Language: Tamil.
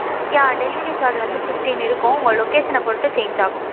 யா டெலிவரி சார்ஜ் வந்து ஃபிஃப்டீன் இருக்கும் உங்கள் லொக்கேஷனை பொறுத்து சேஞ்ச் ஆகும்